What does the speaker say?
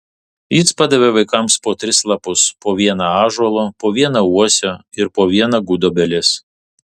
jis padavė vaikams po tris lapus po vieną ąžuolo po vieną uosio ir po vieną gudobelės